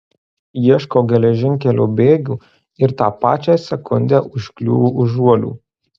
ieškau geležinkelio bėgių ir tą pačią sekundę užkliūvu už žuolių